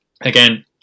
Again